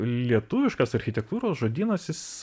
lietuviškas architektūros žodynas jis